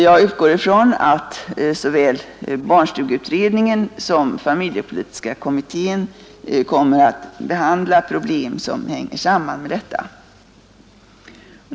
Jag utgår ifrån att såväl barnstugeutredningen som familjepolitiska kommittén kommer att behandla problem som hänger samman med detta.